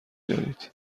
دارید